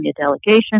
delegation